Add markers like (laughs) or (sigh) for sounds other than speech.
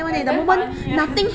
like damn funny leh (laughs)